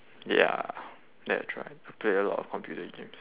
ya that's right play a lot of computer games